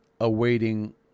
awaiting